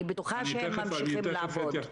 אני בטוחה שהם ממשיכים לעבוד.